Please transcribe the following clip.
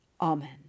Amen